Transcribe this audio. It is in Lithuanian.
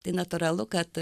tai natūralu kad